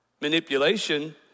Manipulation